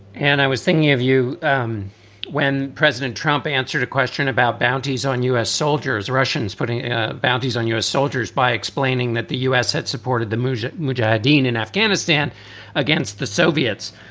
and i was thinking of you um when president trump answered a question about bounties on us soldiers, russians putting bounties on your soldiers by explaining that the us had supported the mujahedeen in afghanistan against the soviets,